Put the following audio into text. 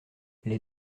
les